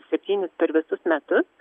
septynis per visus metus